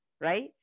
right